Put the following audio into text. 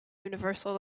universal